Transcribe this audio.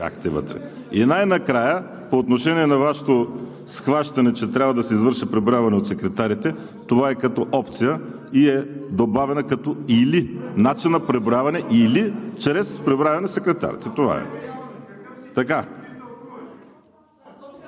И най-накрая, по отношение на Вашето схващане, че трябва да се извърши преброяване от секретарите. Това е като опция и е добавена като „или“, начин на преброяване – или чрез преброяване от секретарите. Това е.